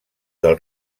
del